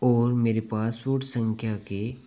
और मेरी पासपोर्ट संख्या के